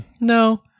No